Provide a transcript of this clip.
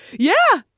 yeah,